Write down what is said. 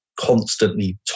constantly